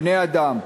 בני-אדם,